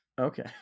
okay